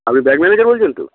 আপনি bank manager বলছেন তো